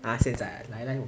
!huh! 现在 ah 来来